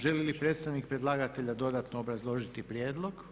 Želi li predstavnik predlagatelja dodatno obrazložiti prijedlog?